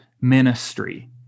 ministry